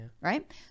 right